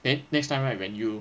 then next time right when you